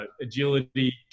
agility